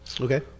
Okay